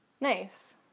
Nice